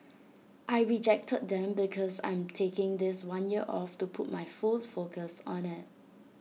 I rejected them because I'm taking this one year off to put my full focus on IT